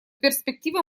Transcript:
перспективы